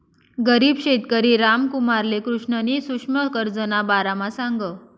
गरीब शेतकरी रामकुमारले कृष्णनी सुक्ष्म कर्जना बारामा सांगं